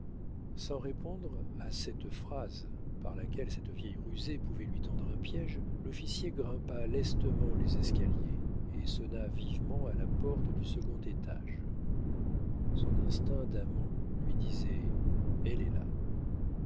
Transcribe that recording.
sans répondre à cette phrase par laquelle cette vieille rusée pouvait lui tendre un piége l'officier grimpa lestement les escaliers et sonna vivement à la porte du second étage son instinct d'amant lui disait elle est là